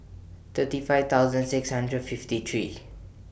thirty five thousand six hundred fifty three